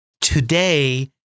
today